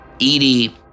Edie